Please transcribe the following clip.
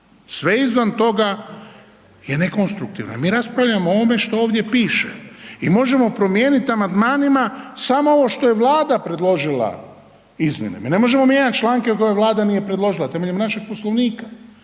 sve izvan toga je nekonstruktivna. Mi raspravljamo o ovome što ovdje piše i možemo promijeniti amandmanima samo ovo što je Vlada predložila izmjene. Mi ne možemo mijenjati članke ako ih Vlada nije predložila temeljem našeg Poslovnika.